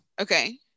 okay